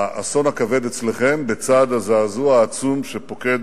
האסון הכבד אצלכם, בצד הזעזוע העצום שפוקד